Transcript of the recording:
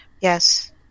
Yes